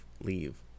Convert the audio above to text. leave